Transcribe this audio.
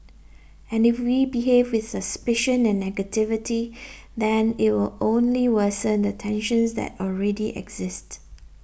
and if we behave with suspicion and negativity then it will only worsen the tensions that already exist